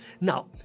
Now